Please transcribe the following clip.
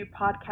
podcast